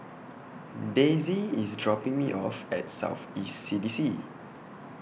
Daisey IS dropping Me off At South East C D C